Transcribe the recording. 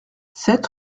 sept